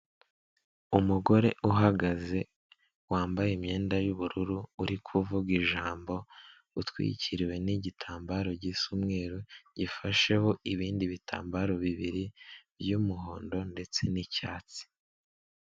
Umugore uhagaze wambaye imyenda y'ubururu, uri kuvuga ijambo utwikiriwe n'igitambaro gisa umweru gifasheho ibindi bitambaro bibiri by'umuhondo ndetse ni cyatsi.